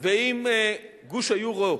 ואם גוש היורו